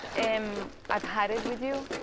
um i've had it with you.